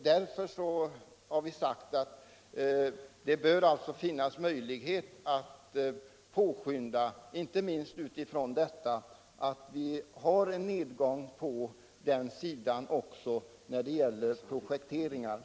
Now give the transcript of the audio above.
Därför menar vi att det bör finnas möjlighet att påskynda, inte minst med hänsyn till nedgången då det gäller projekteringar.